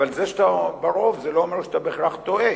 אבל זה שאתה ברוב לא אומר שאתה בהכרח טועה.